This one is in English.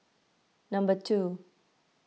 number two